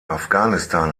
afghanistan